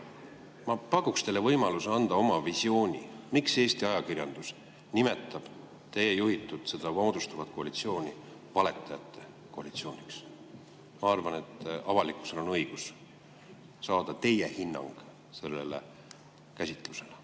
ma pakuksin teile võimaluse anda oma visiooni, miks Eesti ajakirjandus nimetab teie [juhtimisel] moodustuvat koalitsiooni valetajate koalitsiooniks. Ma arvan, et avalikkusel on õigus saada teie hinnang sellele käsitlusele.